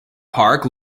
park